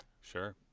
Sure